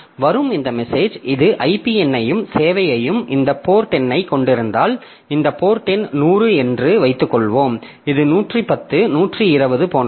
வரும் இந்த மெசேஜ் இது IP எண்ணையும் சேவையையும் இந்த போர்ட் எண்ணைக் கொண்டிருந்தால் இந்த போர்ட் எண் 100 என்று வைத்துக்கொள்வோம் இது 110 120 போன்றது